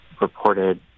reported